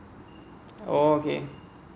oh okay